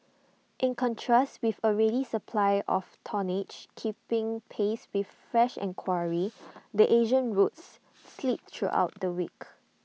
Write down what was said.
in contrast with A ready supply of tonnage keeping pace with fresh enquiry the Asian routes slipped throughout the week